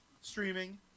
streaming